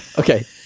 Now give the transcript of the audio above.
okay.